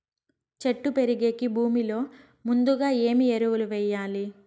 చెట్టు పెరిగేకి భూమిలో ముందుగా ఏమి ఎరువులు వేయాలి?